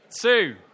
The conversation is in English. two